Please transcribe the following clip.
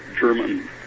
German